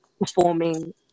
performing